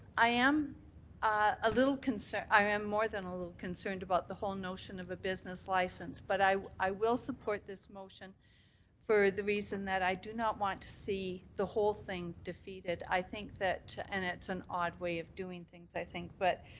i am ah a little i am more than a little concerned about the whole notion of a business license, but i i will support this motion for the reason that i do not want to see the whole thing defeated. i think that and it's an odd way of doing things, i think. but